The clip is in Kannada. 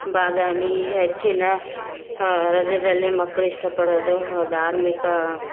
ಬಾದಾಮಿ ಹೆಚ್ಚಿನ ರಜದಲ್ಲಿ ಮಕ್ಕಳು ಇಷ್ಟಪಡೋದು ಹ ಧಾರ್ಮಿಕ